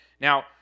Now